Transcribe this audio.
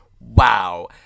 Wow